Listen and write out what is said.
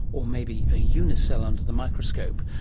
or maybe a unicell under the microscope,